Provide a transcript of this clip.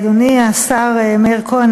אדוני השר מאיר כהן,